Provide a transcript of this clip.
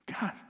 God